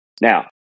Now